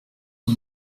abo